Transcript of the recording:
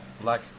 black